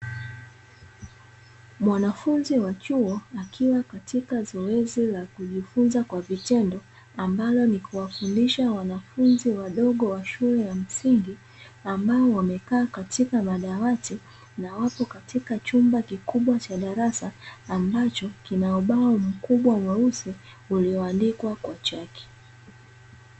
Mwanafunzi wa chuo akiwa katika zoezi la kujifunza kwa vitendo, ambalo ni kuwafundisha wanafunzi wadogo wa shule ya msingi, ambao wamekaa katika madawati, na wapo katika chumba kikubwa cha darasa, ambacho kina ubao mkubwa mweusi ulioandikwa kwa chaki.